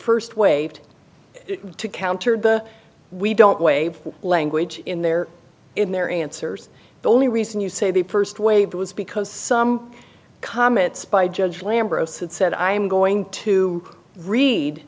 pursed waved to counter the we don't wave language in there in their answers the only reason you say the first wave was because some comments by judge lambro said i'm going to read